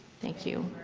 thank you.